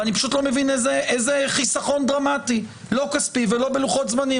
ואני פשוט לא מבין איזה חיסכון דרמטי לא כספי ולא בלוחות זמנים.